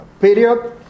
period